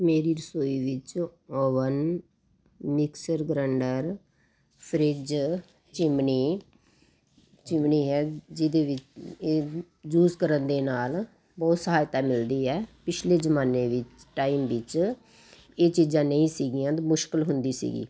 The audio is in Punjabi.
ਮੇਰੀ ਰਸੋਈ ਵਿੱਚ oven mixer grinder fridge chimney chimney ਹੈ ਜਿਹਦੇ ਵਿੱਚ ਇਹ ਯੂਜ ਕਰਨ ਦੇ ਨਾਲ ਬਹੁਤ ਸਹਾਇਤਾ ਮਿਲਦੀ ਹੈ ਪਿਛਲੇ ਜ਼ਮਾਨੇ ਵਿੱਚ ਟਾਈਮ ਵਿੱਚ ਇਹ ਚੀਜ਼ਾਂ ਨਹੀਂ ਸੀਗੀਆਂ ਮੁਸ਼ਕਿਲ ਹੁੰਦੀ ਸੀਗੀ